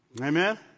Amen